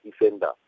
defender